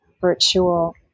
virtual